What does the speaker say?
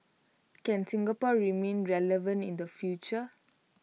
can Singapore remain relevant in the future